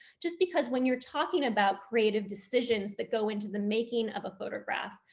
just because when you're talking about creative decisions that go into the making of a photograph,